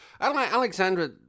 Alexandra